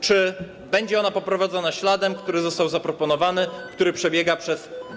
Czy będzie ona poprowadzona śladem, który został zaproponowany, który przebiega przez.